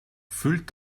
fühlt